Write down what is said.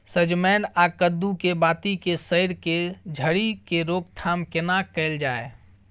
सजमैन आ कद्दू के बाती के सईर के झरि के रोकथाम केना कैल जाय?